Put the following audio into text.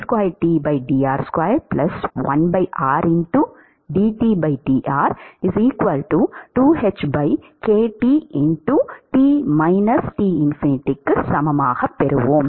d 2T dr2 1 r dtdr 2h ktT T∞ சமம்